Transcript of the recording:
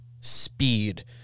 speed